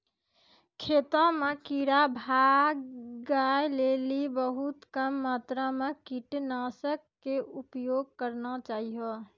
खेतों म कीड़ा भगाय लेली बहुत कम मात्रा मॅ कीटनाशक के उपयोग करना चाहियो